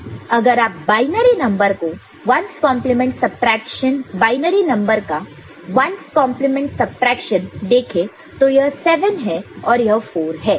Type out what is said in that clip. अगर आप binary number का 1's complement subtraction 1's complement subtraction देखें तो यह 7 है और यह 4 है